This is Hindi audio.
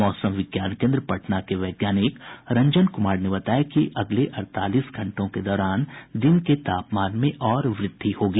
मौसम विज्ञान केन्द्र पटना के वैज्ञानिक रंजन कुमार ने बताया कि अगले अड़तालीस घंटों के दौरान दिन के तापमान में और वृद्धि होगी